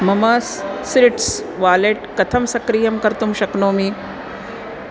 मम सिरिट्स् वालेट् कथं सक्रियं कर्तुं शक्नोमि